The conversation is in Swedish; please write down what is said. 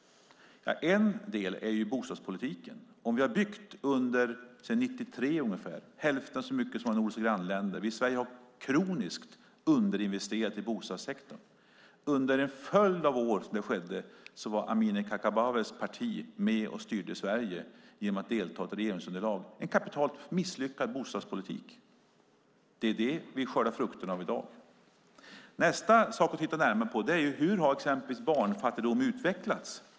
Ja, en del är bostadspolitiken. Vi har sedan ungefär 1993 byggt hälften så mycket som våra nordiska grannländer. Vi har i Sverige kroniskt underinvesterat i bostadssektorn. Under en följd av år som detta skedde var Amineh Kakabavehs parti med och styrde Sverige genom att delta i ett regeringsunderlag - en kapitalt misslyckad bostadspolitik. Det är den vi skördar frukterna av i dag. Nästa sak att titta närmare på är hur exempelvis barnfattigdomen har utvecklats.